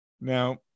Now